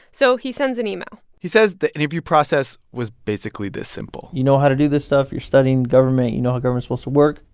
so he sends an email he says the interview process was basically this simple you know how to do this stuff? you're studying government. you know how government's supposed to work?